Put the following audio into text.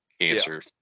answer